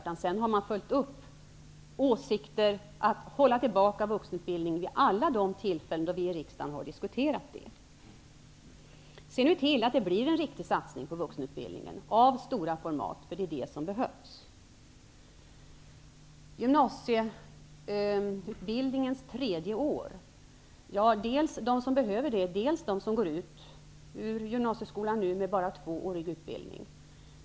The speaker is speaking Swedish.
Därefter har man följt upp åsikten att hålla tillbaka vuxenutbildningen vid alla de tillfällen då vi i riksdagen har diskuterat frågan. Se nu till att det blir en riktig satsning på vuxenutbildningen av stora format! Det är vad som behövs. Det tredje gymnasieåret behövs dels för dem som behöver det, dels för dem som går ut ur gymnasieskolan med bara tvåårig utbildning.